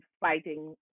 fighting